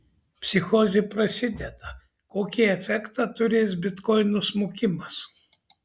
psichozė prasideda kokį efektą turės bitkoino smukimas